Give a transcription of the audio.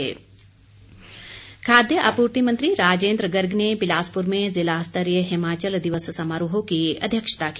बिलासपुर दिवस खाद्य आपूर्ति मंत्री राजेन्द्र गर्ग ने बिलासपुर में ज़िला स्तरीय हिमाचल दिवस समारोह की अध्यक्षता की